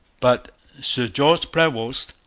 but sir george prevost,